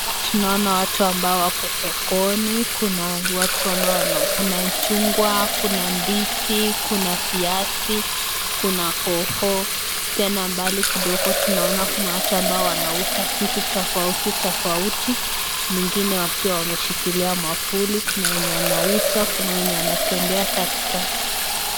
Hapa tunaona watu ambao wako sokoni. Kuna watu ambao, kuna chungwa kuna ndizi kuna viazi kuna hoho. Tena mbali kidogo tunaona kuna watu wanauza vitu tofauti tofauti, mwingine akiwa ameshikilia mwavuli. Kuna wenye wanauza, kuna wenye wanatembea katikati